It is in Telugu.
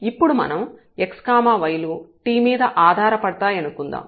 ఇప్పుడు మనం x y లు t మీద ఆధారపడతాయనుకుందాం